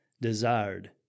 desired